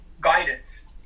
guidance